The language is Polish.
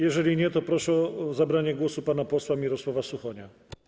Jeżeli nie, to proszę o zabranie głosu pana posła Mirosława Suchonia.